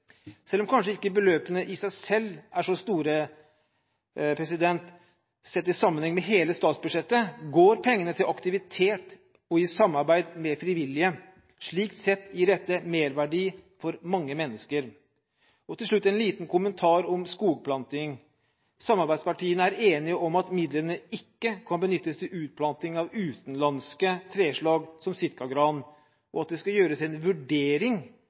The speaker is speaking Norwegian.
Selv om beløpene kanskje ikke i seg selv er så store, sett i sammenheng med hele statsbudsjettet, går pengene til aktivitet i samarbeid med frivillige. Slik sett gir dette merverdi for mange mennesker. Til slutt en liten kommentar om skogplanting. Samarbeidspartiene er enige om at midlene ikke kan benyttes til utplanting av utenlandske treslag som f.eks. sitkagran, og at det skal gjøres en vurdering